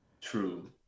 true